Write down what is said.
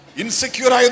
insecure